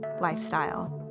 lifestyle